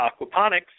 aquaponics